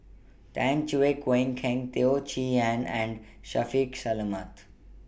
Tan Cheong Kheng Teo Chee Hean and Shaffiq Selamat